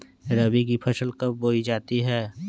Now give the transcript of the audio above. रबी की फसल कब बोई जाती है?